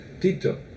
Tito